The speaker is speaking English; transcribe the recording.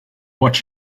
watch